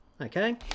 okay